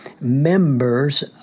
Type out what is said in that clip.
members